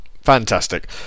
Fantastic